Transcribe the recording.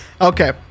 Okay